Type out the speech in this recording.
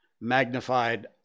magnified